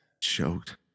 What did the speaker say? choked